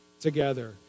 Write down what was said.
together